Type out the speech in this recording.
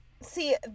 See